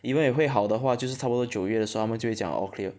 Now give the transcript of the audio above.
even if 会好的话就是差不多九月时他们就会讲 okay